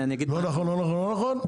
לא נכון לא נכון לא נכון,